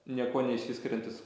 niekuo neišsiskiriantis